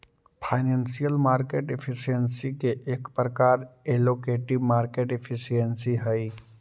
financial market efficiency के एक प्रकार एलोकेटिव मार्केट एफिशिएंसी हई